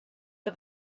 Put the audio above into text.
for